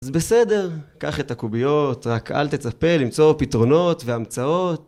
אז בסדר, קח את הקוביות, רק אל תצפה למצוא פתרונות והמצאות